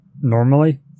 normally